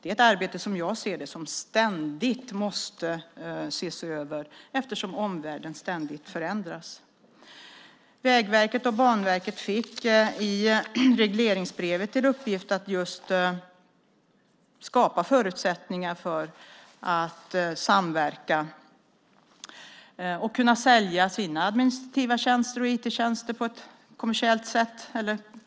Det är som jag ser det ett arbete som ständigt måste ses över eftersom omvärlden ständigt förändras. Vägverket och Banverket fick i regleringsbrevet till uppgift att skapa förutsättningar för att samverka och kunna sälja sina administrativa tjänster och IT-tjänster på kommersiella villkor.